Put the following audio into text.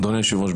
אדוני היושב-ראש,